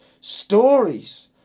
stories